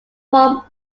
form